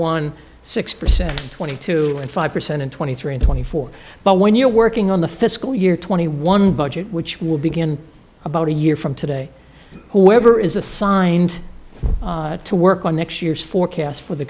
one six percent twenty two point five percent and twenty three and twenty four but when you're working on the fiscal year twenty one budget which will begin about a year from today whoever is assigned to work on next year's forecast for the